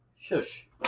Shush